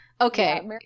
Okay